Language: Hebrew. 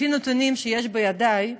לפי נתונים שיש בידי,